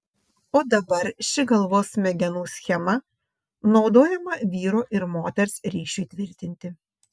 o dabar ši galvos smegenų schema naudojama vyro ir moters ryšiui tvirtinti